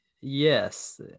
yes